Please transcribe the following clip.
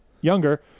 younger